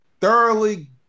thoroughly